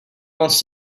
wants